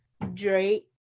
Drake